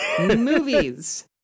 Movies